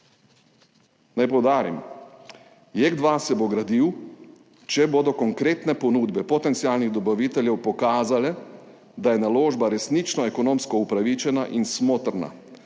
Naj poudarim, JEK2 se bo gradil, če bodo konkretne ponudbe potencialnih dobaviteljev pokazale, da je naložba resnično ekonomsko upravičena in smotrna